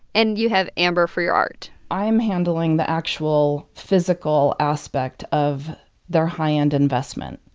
and you have amber for your art i'm handling the actual physical aspect of their high-end investment.